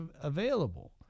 available